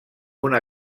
una